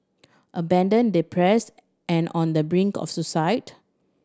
abandoned depressed and on the brink of suicide